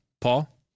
paul